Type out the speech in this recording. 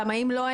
כי אם לא,